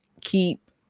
keep